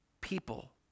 people